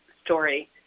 story